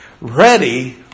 ready